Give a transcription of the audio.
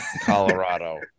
colorado